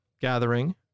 gathering